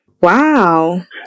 Wow